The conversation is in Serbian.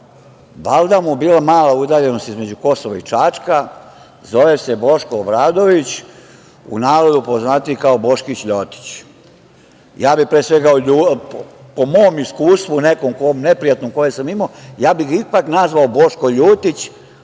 valjda mu je bila mala udaljenost između Kosova i Čačka, zove se Boško Obradović, u narodu poznatiji kao Boškić ljotić, ja bih po mom iskustvu neprijatnom koje sam imao, ipak bih ga nazvao Boško ljutić,